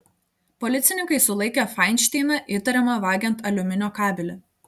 policininkai sulaikė fainšteiną įtariamą vagiant aliuminio kabelį